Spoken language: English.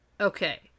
Okay